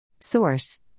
Source